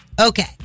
Okay